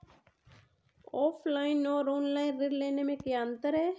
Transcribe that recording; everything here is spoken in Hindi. ऑफलाइन और ऑनलाइन ऋण लेने में क्या अंतर है?